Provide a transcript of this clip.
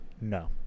no